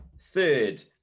third